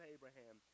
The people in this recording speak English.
Abraham